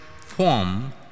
form